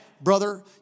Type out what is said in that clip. Brother